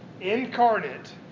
incarnate